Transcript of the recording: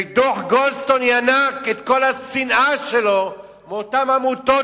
ודוח-גולדסטון ינק את כל השנאה שלו מאותן עמותות,